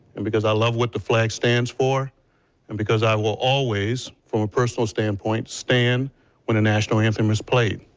and because i love what the flag stands for and because i will always, from a personal standpoint, stand when the national anthem is played.